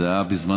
זה היה בזמנו,